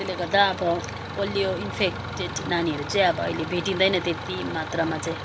त्यसले गर्दा अब पोलियो इन्फेक्टेड नानीहरू चाहिँ अब अहिले भेटिँदैन त्यति मात्रामा चाहिँ